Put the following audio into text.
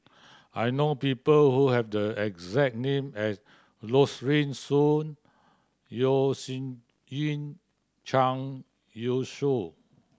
I know people who have the exact name as Rosaline Soon Yeo Shih Yun Zhang Youshuo